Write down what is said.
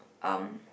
um